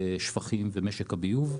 שפכים ומשק הביוב.